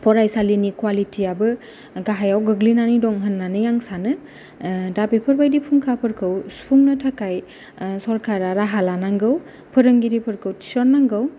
फरायसालिनि कवालिटिआबो गाहायाव गोग्लैनानै दङ होननानै आं सानो दा बेफोरबायदि फुंखाफोरखौ सुफुंनो थाखाय सरकारा राहा लानांगौ फोरोंगिरि फोरखौ थिसन नांगौ